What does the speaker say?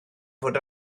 fod